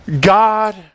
God